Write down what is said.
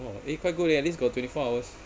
oh eh quite good eh at least got twenty four hours